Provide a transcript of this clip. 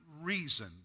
reason